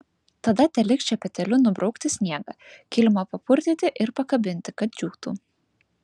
tada teliks šepetėliu nubraukti sniegą kilimą papurtyti ir pakabinti kad džiūtų